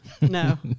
no